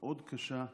מאוד קשה,